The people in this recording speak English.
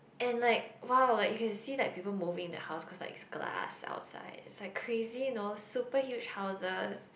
and like !wow! like you can see that people moving in the house cause like it is glass outside it's like crazy you know super huge houses